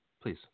please